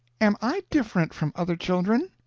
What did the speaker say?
am i different from other children?